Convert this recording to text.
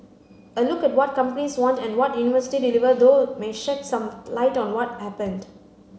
a look at what companies want and what university deliver though may shed some light on what happened